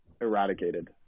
eradicated